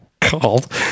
called